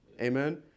Amen